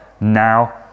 now